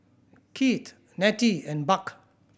Keith Nettie and Buck